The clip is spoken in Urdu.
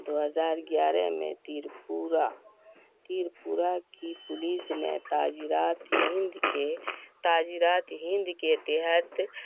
دو ہزار گیارہ میں تریپورہ تریپورہ کی پولیس نے تعذیرات ہند کے تعذیرات ہند کے تحت